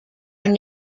are